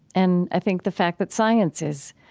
and i think the fact that science is